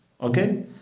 Okay